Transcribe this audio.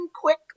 quick